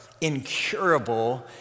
incurable